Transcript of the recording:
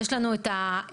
יש לנו את הדזרט-טק,